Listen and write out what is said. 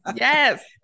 yes